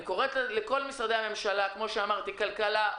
אני קוראת לכל משרדי הממשלה: כלכלה,